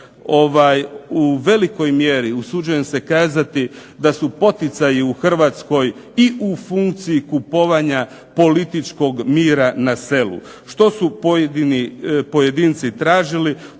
u velikoj mjeri usuđujem se kazati da su poticaji u Hrvatskoj i u funkciji kupovanja političkog mira na selu. Što su pojedinci tražili,